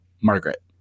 Margaret